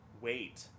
wait